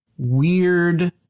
weird